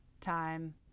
time